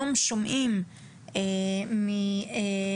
רגע אדוני,